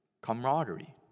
Camaraderie